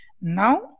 now